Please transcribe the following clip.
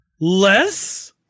Less